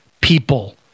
people